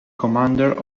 commander